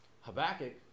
Habakkuk